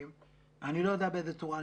אני לא יודע באיזו צורה,